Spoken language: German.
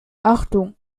achtung